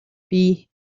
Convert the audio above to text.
бий